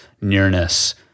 nearness